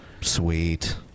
Sweet